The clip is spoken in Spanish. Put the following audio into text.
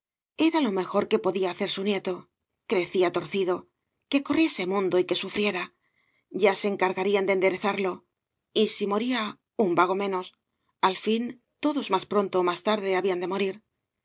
era lo mejor que podía hacer su nieto crecía torcido que corriese mundo y que sufriera ya se encargarían de enderezarlo t si moría un vago menos al fin todos más pronto ó más tarde habían de morir